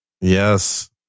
Yes